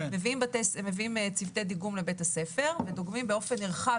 מביאים צוותי דיגום לבית הספר ודוגמים באופן נרחב,